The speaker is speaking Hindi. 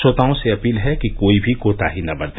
श्रोताओं से अपील है कि कोई भी कोताही न बरते